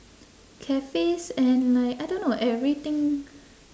cafes and like I don't know everything